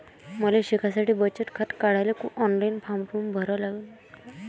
मले शिकासाठी बचत खात काढाले ऑनलाईन फारम भरता येईन का?